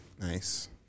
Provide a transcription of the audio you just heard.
Nice